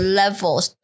levels